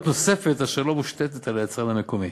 נוספת אשר לא מושתת על היצרן המקומי.